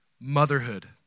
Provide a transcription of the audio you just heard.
motherhood